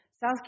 South